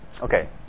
Okay